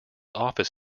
office